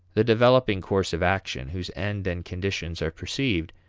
the developing course of action, whose end and conditions are perceived,